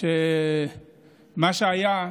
מה שהיה,